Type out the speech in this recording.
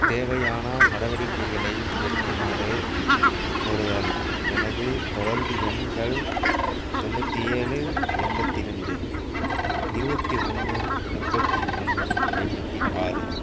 தேவையான நடவடிக்கைகளை எடுக்குமாறு கோருதல் எனது தொடர்பு எண்கள் தொண்ணூற்றி ஏழு எண்பத்தி ரெண்டு இருபத்தி ஒன்று முப்பத்தி ஒன்று ஐம்பத்தி ஆறு